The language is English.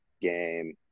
game